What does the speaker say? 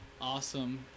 awesome